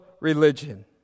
religion